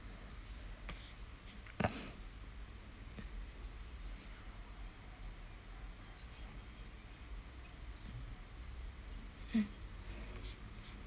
mm